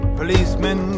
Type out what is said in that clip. policemen